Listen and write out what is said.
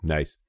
Nice